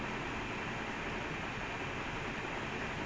last time if you're Manchester United fan your a glory hunter then now